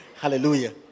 Hallelujah